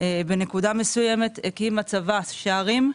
בנקודה מסוימת הקים הצבא שערים,